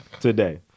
Today